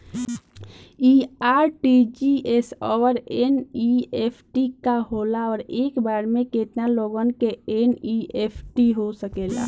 इ आर.टी.जी.एस और एन.ई.एफ.टी का होला और एक बार में केतना लोगन के एन.ई.एफ.टी हो सकेला?